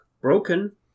broken